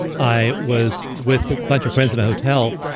i was with a bunch of friends in a hotel.